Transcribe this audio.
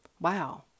wow